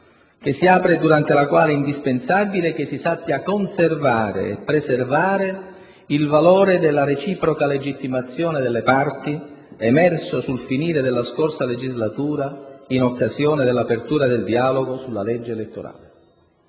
che si apre, durante la quale è indispensabile che si sappia conservare e preservare il valore della reciproca legittimazione delle parti emerso sul finire della scorsa legislatura in occasione dell'apertura del dialogo sulla legge elettorale.